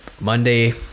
Monday